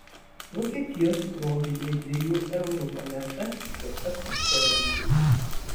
vokietijos proginė dviejų eurų moneta skirta saksonijai